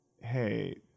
hey